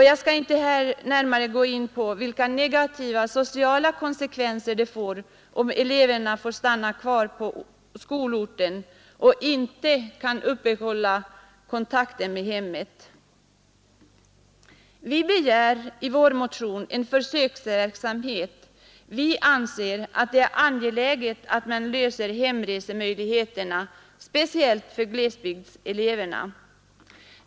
Jag skall inte närmare gå in på vilka negativa sociala konsekvenser det får om eleverna måste stanna kvar på skolorten och inte kan uppehålla kontakten med hemmet. Vi begär i vår motion en försöksverksamhet. Vi anser att det är angeläget att man ordnar hemresemöjligheter, speciellt för glesbygdseleverna.